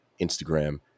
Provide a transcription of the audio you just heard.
Instagram